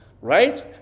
right